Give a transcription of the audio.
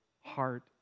heart